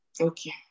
Okay